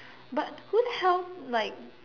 but who the hell like